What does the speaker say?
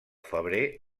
febrer